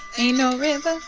ain't no river.